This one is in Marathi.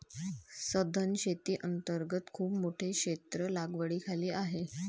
सधन शेती अंतर्गत खूप मोठे क्षेत्र लागवडीखाली आहे